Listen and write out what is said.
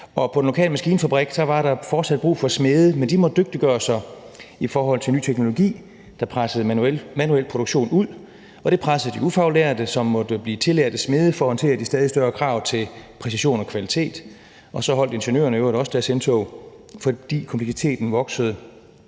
på den lokale maskinfabrik var der fortsat brug for smede, men de måtte dygtiggøre sig i forhold til ny teknologi, der pressede manuel produktion ud. Det pressede de ufaglærte, som måtte blive tillærte smede for at håndtere de stadig større krav til præcision og kvalitet. Og så holdt ingeniørerne i øvrigt også deres indtog, fordi kompleksiteten voksede